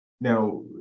Now